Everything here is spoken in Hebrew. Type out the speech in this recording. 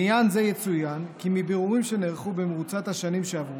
לעניין זה יצוין כי מבירורים שנערכו במרוצת השנים שעברו,